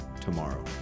tomorrow